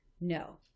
no